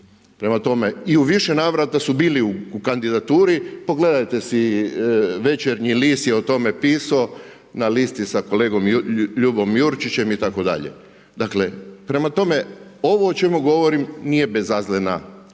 umirovljenike. I u više navrata su bili u kandidaturi, pogledajte si, Večernji list je o tome pisao na listi sa kolegom Ljubom Jurčićem itd. dakle, prema tome ovo o čemu govorim nije bezazlena